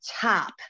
top